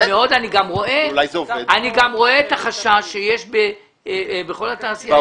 אני גם רואה את החשש שיש בכל התעשייה.